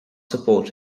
support